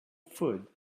food